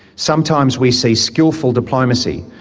sometimes we see skilful diplomacy,